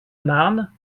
marne